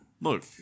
Look